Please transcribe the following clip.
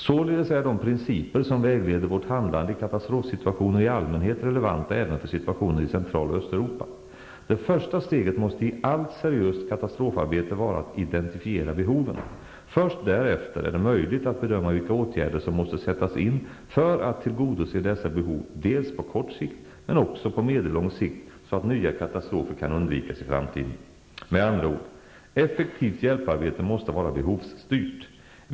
Således är de principer som vägleder vårt handlande i katastrofsituationer i allmänhet relevanta även för situationer i Central och Östeuropa. Det första steget måste i allt seriöst katastrofarbete vara att identifiera behoven. Först därefter är det möjligt att bedöma vilka åtgärder som måste sättas in för att tillgodose dessa behov dels på kort sikt, dels på medellång sikt, så att nya katastrofer kan undvikas i framtiden. Med andra ord -- effektivt hjälparbete måste vara behovsstyrt.